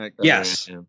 yes